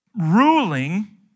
ruling